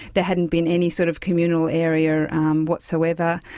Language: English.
there hadn't been any sort of communal area whatsoever.